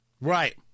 right